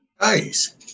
Nice